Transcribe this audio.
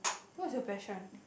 what's your passion